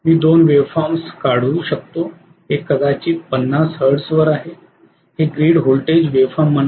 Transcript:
मी दोन वेव्हफॉमर्स काढू एक कदाचित 50 हर्ट्ज वर आहे हे ग्रीड व्होल्टेज वेव्हफॉर्म म्हणा